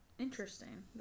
Interesting